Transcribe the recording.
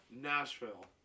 Nashville